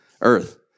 earth